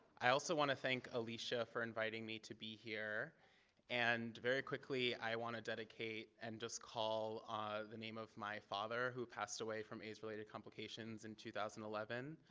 i also want to thank alysia for inviting me to be here and very quickly, i want to dedicate and just call the name of my father who passed away from aids related complications in two thousand and eleven.